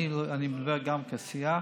אני מדבר גם כסיעה,